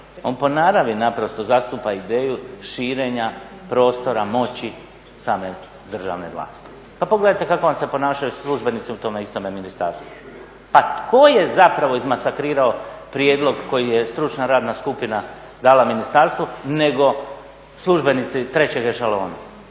on po naravi zastupa ideju širenja prostora moći same državne vlasti. Pa pogledajte kako vam se ponašaju službenici u tome istome ministarstvu. Pa tko je zapravo izmasakrirao prijedlog koji je stručna radna skupina dala ministarstvu nego službenici trećeg ešalona.